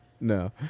No